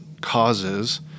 causes